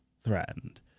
threatened